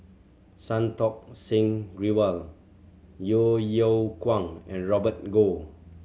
Santokh Singh Grewal Yeo Yeow Kwang and Robert Goh